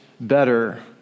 better